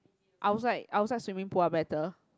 outside outside swimming pool are better